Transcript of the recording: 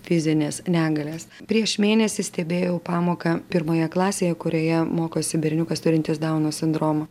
fizines negalias prieš mėnesį stebėjau pamoką pirmoje klasėje kurioje mokosi berniukas turintis dauno sindromą